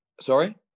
Sorry